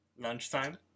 Lunchtime